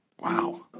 Wow